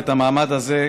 ואת המעמד הזה,